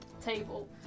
table